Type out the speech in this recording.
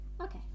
okay